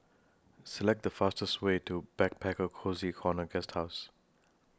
Select The fastest Way to Backpacker Cozy Corner Guesthouse